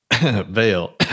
Veil